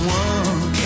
one